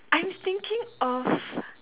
I'm thinking of